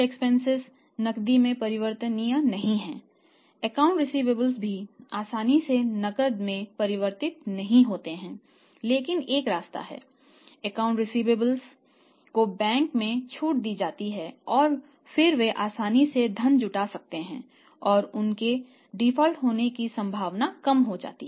advance deposit को bank में छूट दी जाती है और फिर वे आसानी से धन जुटा सकते हैं और उनके डिफ़ॉल्ट होने की संभावना कम हो जाती है